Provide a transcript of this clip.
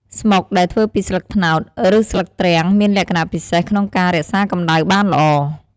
ស្មុកដែលធ្វើពីស្លឹកត្នោត ឬស្លឹកទ្រាំង មានលក្ខណៈពិសេសក្នុងការរក្សាកម្ដៅបានល្អ។